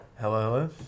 hello